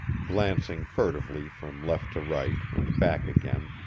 glancing furtively from left to right and back again,